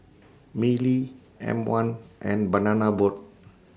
Mili M one and Banana Boat